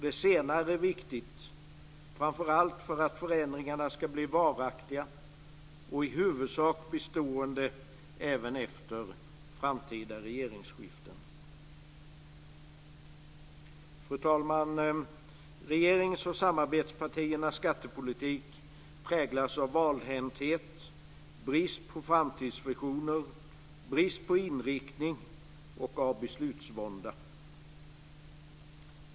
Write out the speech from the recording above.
Det senare är viktigt framför allt för att förändringarna ska bli varaktiga och i huvudsak bestående även efter framtida regeringsskiften. Fru talman! Regeringens och samarbetspartiernas skattepolitik präglas av valhänthet, brist på framtidsvisioner och brist på inriktning och av beslutsvånda.